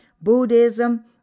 Buddhism